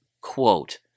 quote